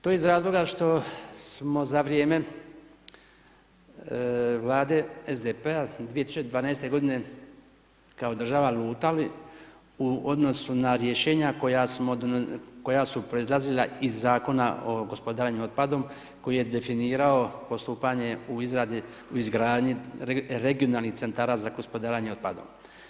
To iz razloga što smo za vrijeme Vlade SDP-a 2012. godine kao država lutali u odnosu na rješenja koja su proizlazila iz Zakona o gospodarenju otpadom koji je definirao postupanje u izradi, izgradnji regionalnih centara za gospodarenje otpadom.